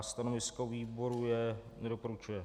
Stanovisko výboru je: nedoporučuje.